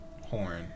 Horn